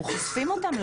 אנחנו חושפים אותם.